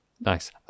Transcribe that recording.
Nice